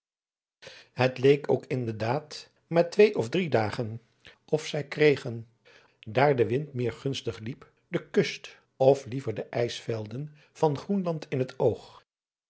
het leed ook in der daad maar twee of drie dagen of zij kregen daar de wind meer gunstig liep de kust of liever de ijsvelden van groenland in het oog